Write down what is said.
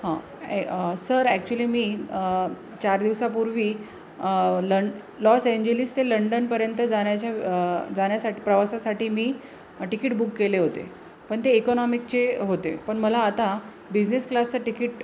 हं ए sir actually मी चार दिवसापूर्वी लं लॉस एंजेलीस ते लंडनपर्यंत जाण्याच्या जाण्यासाठी प्रवासासाठी मी तिकीट बुक केले होते पण ते इकोनॉमिकचे होते पण मला आता बिझनेस क्लासचा तिकीट